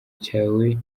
cyawe